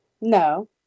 no